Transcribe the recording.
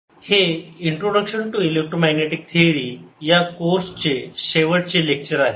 radiation from an accelerating charge I हे introduction to electromagnetic theory या कोर्सचे शेवटचे लेक्चर आहे